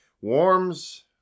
warms